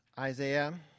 Isaiah